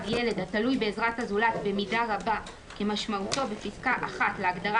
ילד התלוי בעזרת הזולת במידה רבה כמשמעותו בפסקה (1) להגדרה